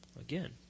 Again